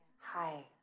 hi